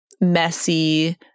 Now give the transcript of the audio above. messy